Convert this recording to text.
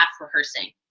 rehearsing